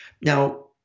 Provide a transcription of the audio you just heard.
Now